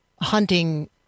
hunting